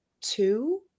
two